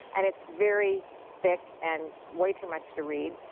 and it's very thick and way too much to read,